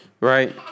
right